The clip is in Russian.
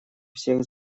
всех